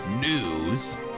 News